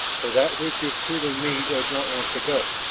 for that which is truly me does not want to go.